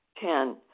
Ten